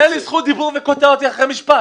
אתה נותן לי זכות דיבור וקוטע אותי אחרי משפט.